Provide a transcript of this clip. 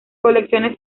colecciones